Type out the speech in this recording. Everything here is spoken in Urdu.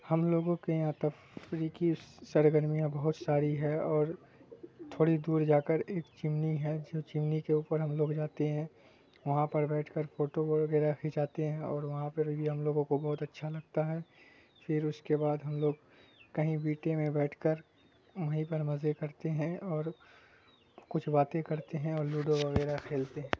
ہم لوگوں کے یہاں تفریح کی سرگرمیاں بہت ساری ہے اور تھوڑی دور جا کر ایک چمنی ہے جو چمنی کے اوپر ہم لوگ جاتے ہیں وہاں پر بیٹھ کر فوٹو وغیرہ کھینچاتے ہیں اور وہاں پر بھی ہم لوگوں کو بہت اچھا لگتا ہے پھر اس کے بعد ہم لوگ کہیں بیٹے میں بیٹھ کر وہیں پر مزے کرتے ہیں اور کچھ باتیں کرتے ہیں اور لوڈو وغیرہ کھیلتے ہیں